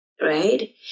Right